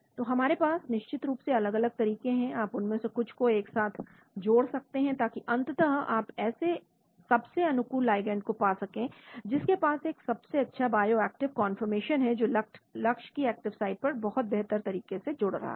तो हमारे पास निश्चित रूप से अलग अलग तरीके हैं आप उनमें से कुछ को एक साथ जोड़ सकते हैं ताकि अंततः आप ऐसे सबसे अनुकूल लिगैंड को पा सके जिसके पास एक सबसे अच्छा बायोएक्टिव कंफर्मेशन है जो लक्ष्य की एक्टिव साइट पर बहुत बेहतर तरीके से जुड़ रहा है